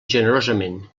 generosament